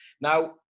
now